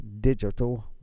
digital